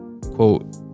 quote